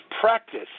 practice